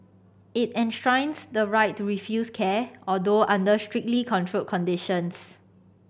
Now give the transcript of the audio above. it enshrines the right to refuse care although under strictly controlled conditions